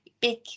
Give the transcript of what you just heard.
big